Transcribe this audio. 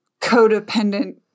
codependent